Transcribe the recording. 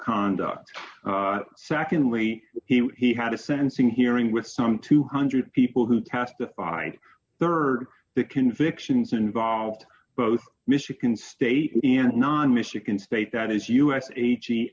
conduct secondly he he had a sensing hearing with some two hundred people who testified rd the convictions involved both michigan state and not michigan state that is u s